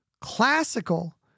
classical